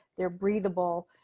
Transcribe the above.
they're breathable